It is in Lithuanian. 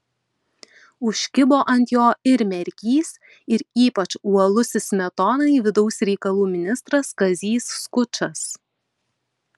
užkibo ant jo ir merkys ir ypač uolusis smetonai vidaus reikalų ministras kazys skučas